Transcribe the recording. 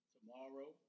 Tomorrow